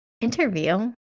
interview